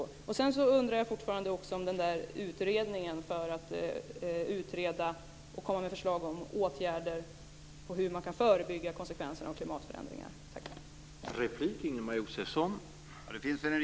Jag undrar fortfarande om utredningen som ska lägga fram förslag på åtgärder på hur konsekvenser av klimatförändringar kan förebyggas.